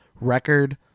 record